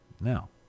Now